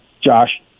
Josh